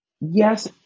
Yes